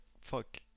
fuck